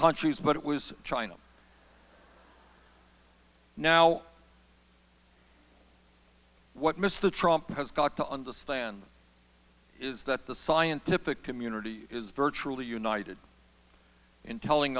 countries but it was china now what mr trump has got to understand is that the scientific community is virtually united in telling